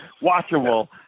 watchable